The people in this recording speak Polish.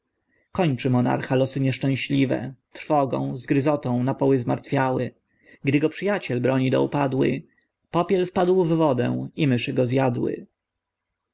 kończy monarcha losy nieszczęśliwe trwogą zgryzotą napoły zmartwiały gdy go przyjaciel broni do upadłj popiel wpadł w wodę i myszy go zjadły